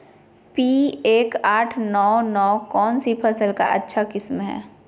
P एक आठ नौ नौ कौन सी फसल का अच्छा किस्म हैं?